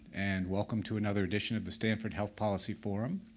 and welcome to another edition of the stanford health policy forum.